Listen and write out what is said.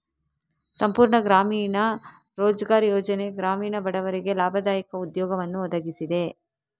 ಸಂಪೂರ್ಣ ಗ್ರಾಮೀಣ ರೋಜ್ಗಾರ್ ಯೋಜನೆ ಗ್ರಾಮೀಣ ಬಡವರಿಗೆ ಲಾಭದಾಯಕ ಉದ್ಯೋಗವನ್ನು ಒದಗಿಸಿದೆ